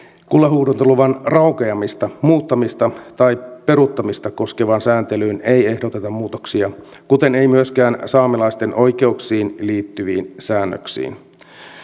kullanhuuhdontaluvan raukeamista muuttamista tai peruuttamista koskevaan sääntelyyn ei ehdoteta muutoksia kuten ei myöskään saamelaisten oikeuksiin liittyviin säännöksiin